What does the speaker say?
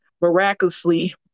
miraculously